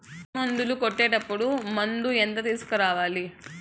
పులుగు మందులు కొట్టేటప్పుడు మందు ఎంత తీసుకురావాలి?